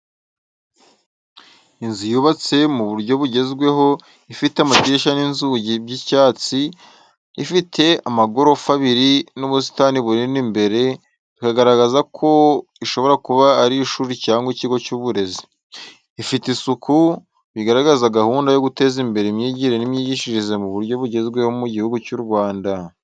Inzu yubatse mu buryo bugezweho, ifite amadirishya n'inzugi by’icyatsi, ifite amagorofa abiri n’ubusitani bunini imbere, bikagaragaza ko ishobora kuba ari ishuri cyangwa ikigo cy’uburezi. Ifite isuku, bigaragaza gahunda yo guteza imbere imyigire n’imyigishirize mu buryo bugezweho mu gihugu cy'u Rwanda.